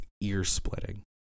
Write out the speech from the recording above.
ear-splitting